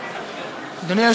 בבקשה, אדוני.